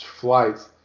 flights